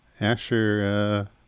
Asher